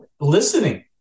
listening